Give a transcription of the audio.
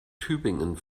tübingen